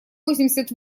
восемьдесят